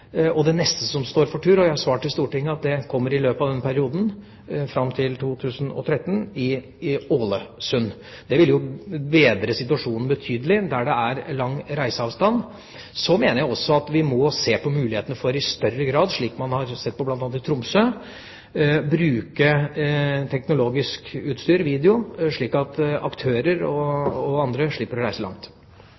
og det neste som står for tur – og jeg har svart i Stortinget at det kommer i løpet av denne perioden, fram til 2013 – er Ålesund. Det vil bedre situasjonen betydelig, der det er lang reiseavstand. Så mener jeg også at vi må se på muligheten for – slik man har sett på bl.a. i Tromsø – i større grad å bruke teknologisk utstyr, video, slik at aktører og